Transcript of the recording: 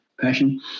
passion